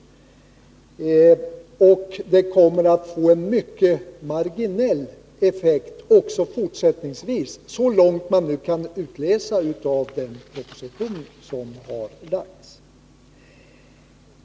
Och det kommer att få en mycket marginell effekt också fortsättningsvis så långt man kan utläsa av den proposition som har lagts fram.